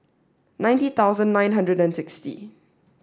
ninety thousand nine hundred and sixty